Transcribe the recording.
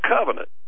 covenant